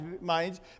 minds